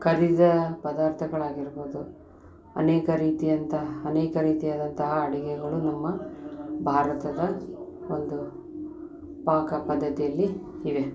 ಕರಿದ ಪದಾರ್ಥಗಳಾಗಿರ್ಬೋದು ಅನೇಕ ರೀತಿ ಅಂತಹ ಅನೇಕ ರೀತಿ ಆದಂತಹ ಅಡುಗೆಗಳು ನಮ್ಮ ಭಾರತದ ಒಂದು ಪಾಕ ಪದ್ಧತಿಯಲ್ಲಿ ಇವೆ